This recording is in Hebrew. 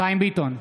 חיים ביטון,